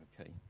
Okay